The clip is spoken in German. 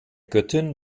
göttin